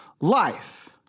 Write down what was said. life